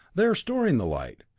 they are storing the light.